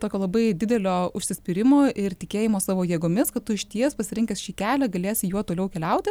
tokio labai didelio užsispyrimo ir tikėjimo savo jėgomis kad tu išties pasirinkęs šį kelią galėsi juo toliau keliauti